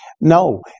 No